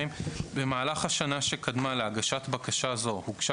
במהלך השנה שקדמה להגשת בקשה זו הוגשה